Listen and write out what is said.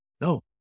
No